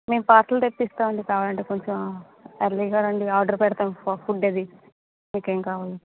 మేము పార్సెల్ తెప్పిస్తామండి కావాలంటే కొంచెం ఎర్లీ గా రండి ఆర్డర్ పెడతాము ఫుడ్ అది మీకు ఏమి కావాలో